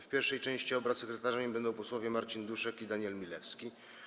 W pierwszej części obrad sekretarzami będą posłowie Marcin Duszek i Daniel Milewski.